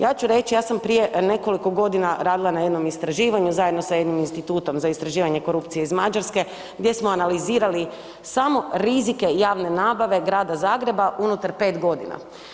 Ja ću reći, ja sam prije nekoliko godina radila na jednom istraživanju zajedno sa jednim institutom za istraživanje korupcije iz Mađarske gdje smo analizirali samo rizike javne nabave Grada Zagreba unutar pet godina.